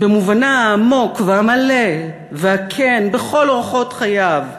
במובנה העמוק והמלא והכן בכל אורחות חייו,